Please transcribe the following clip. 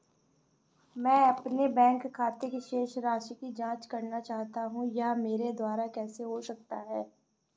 मैं अपने बैंक खाते की शेष राशि की जाँच करना चाहता हूँ यह मेरे द्वारा कैसे हो सकता है?